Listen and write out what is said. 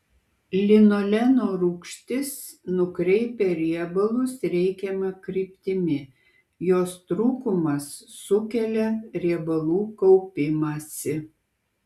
linoleno rūgštis nukreipia riebalus reikiama kryptimi jos trūkumas sukelia riebalų kaupimąsi